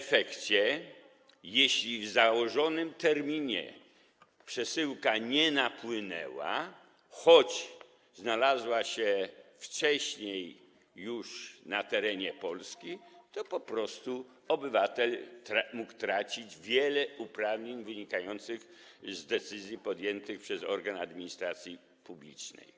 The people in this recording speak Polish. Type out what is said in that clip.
W efekcie tego, jeśli w założonym terminie przesyłka nie wpłynęła, choć znalazła się już wcześniej na terenie Polski, to po prostu obywatel mógł stracić wiele uprawnień wynikających z decyzji podjętych przez organy administracji publicznej.